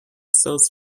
sells